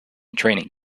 training